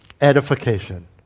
Edification